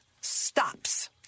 stops